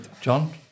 John